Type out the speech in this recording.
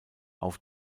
auf